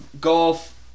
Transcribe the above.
Golf